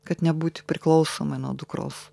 kad nebūti priklausoma nuo dukros